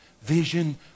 vision